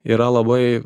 yra labai